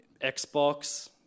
Xbox